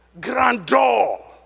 Grandeur